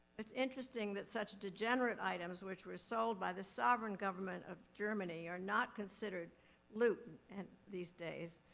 it's interesting that such degenerate items, which were sold by the sovereign government of germany, are not considered loot and these days,